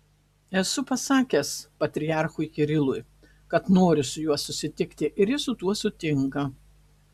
esu pasakęs patriarchui kirilui kad noriu su juo susitikti ir jis su tuo sutinka